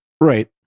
right